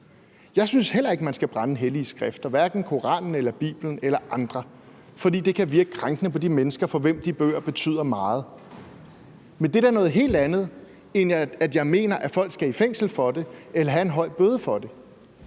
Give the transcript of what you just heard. Jeg synes heller ikke, man skal brænde hellige skrifter, hverken Koranen, Bibelen eller andre skrifter, for det kan virke krænkende på de mennesker, for hvem de bøger betyder meget. Men det er da noget helt andet, end at jeg mener, at folk skal i fængsel for det eller have en høj bøde for det.